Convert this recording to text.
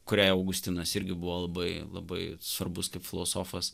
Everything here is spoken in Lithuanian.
kuriai augustinas irgi buvo labai labai svarbus kaip filosofas